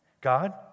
God